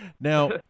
Now